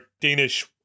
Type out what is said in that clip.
Danish